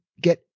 get